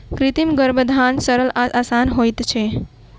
कृत्रिम गर्भाधान सरल आ आसान होइत छै